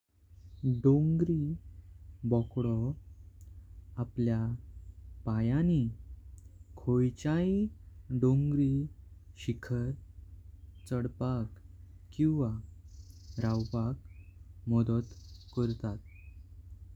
डोंगरी बकोडो आपल्या पायांनी काहीचाई डोंगरी शिखर चढपाक किवा रावपाक मदत करता।